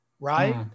right